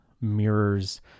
mirrors